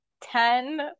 ten